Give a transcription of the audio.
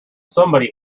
somebody